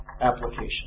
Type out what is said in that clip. application